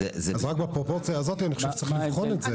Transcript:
אז רק בפרופורציה הזאת אני חושב שצריך לבחון את זה.